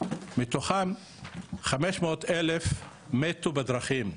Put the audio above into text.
מתוכם חמש מאות אלף מתו בדרכים,